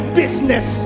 business